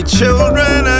children